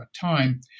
time